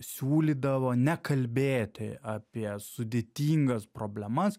siūlydavo nekalbėti apie sudėtyngas problemas